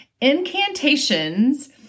incantations